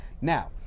Now